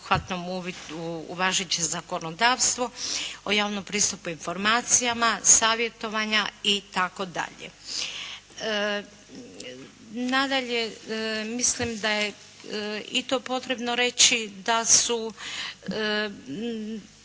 uvidu u važeće zakonodavstvo, o javnom pristupu informacijama, savjetovanja itd. Nadalje, mislim da je i to potrebno reći da je